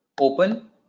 Open